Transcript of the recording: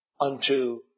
unto